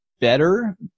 better